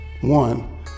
One